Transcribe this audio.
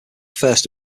first